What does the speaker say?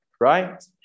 right